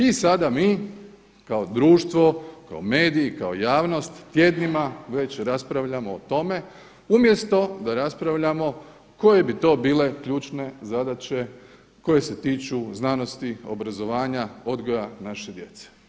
I sada mi kao društvo, kao mediji, kao javnost tjednima već raspravljamo o tome umjesto da raspravljamo koje bi to bile ključne zadaće koje se tiču znanosti, obrazovanja, odgoja naše djece.